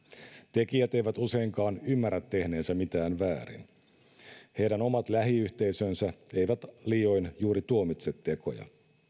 tekijät eivät useinkaan ymmärrä tehneensä mitään väärin heidän omat lähiyhteisönsä eivät liioin juuri tuomitse tekoja